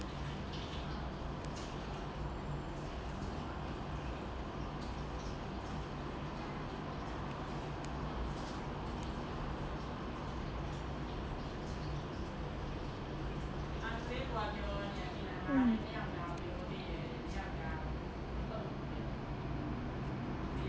mm